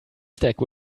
stack